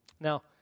Now